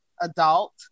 adult